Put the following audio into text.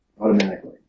automatically